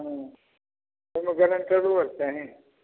हँ ओहिमे गारंटरों आओर चाही